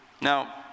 Now